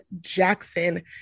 Jackson